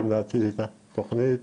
גם להציג את התוכנית,